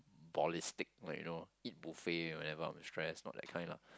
ballistic like you know eat buffet whenever I'm stress not that kind lah